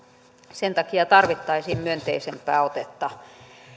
sen takia tarvittaisiin myönteisempää otetta